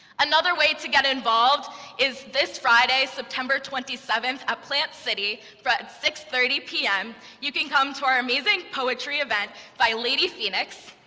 another way to get involved is this friday, september twenty seven, at plant city at but six thirty pm, you can come to our amazing poetry event by lady phoenix.